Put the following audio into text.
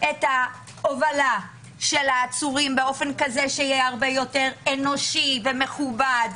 את ההובלה של העצורים באופן כזה שיהיה הרבה יתר אנושי ומכובד?